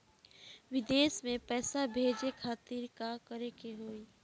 विदेश मे पैसा भेजे खातिर का करे के होयी?